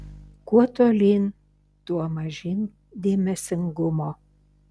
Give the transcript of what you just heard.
kuo tolyn tuo mažyn dėmesingumo